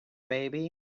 baby